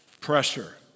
Pressure